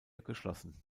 geschlossen